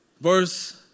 Verse